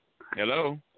Hello